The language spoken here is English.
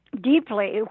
deeply